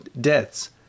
deaths